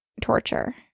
torture